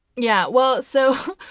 yeah. well so,